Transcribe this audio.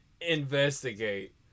investigate